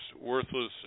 worthless